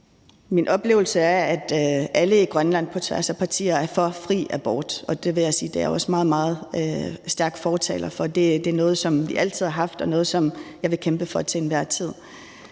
Min oplevelse er, at alle i Grønland på tværs af partier er for fri abort, og det vil jeg også sige at jeg er en meget, meget stærk fortaler for. Det er noget, som vi altid har haft, og noget, som jeg vil kæmpe for til enhver tid.